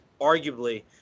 arguably